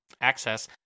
access